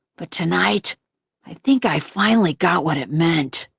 but tonight i think i finally got what it meant.